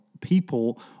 people